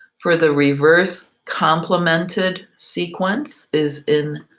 for the reverse complemented sequence is in